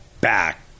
back